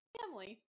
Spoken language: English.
family